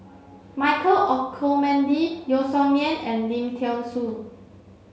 Michael Olcomendy Yeo Song Nian and Lim Thean Soo